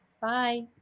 Bye